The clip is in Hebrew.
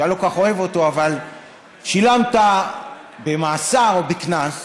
שאני לא כל כך אוהב אותו, שילמת במאסר או בקנס,